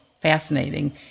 fascinating